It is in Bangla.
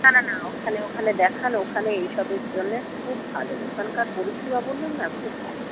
না না না ওখানে ওখানে দেখান ওখানে এই সবের জন্যে খুব ভালো ওখানকার পরিষেবা বললাম না খুব ভালো